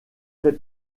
fait